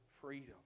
freedom